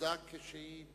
מוצדק שהיא,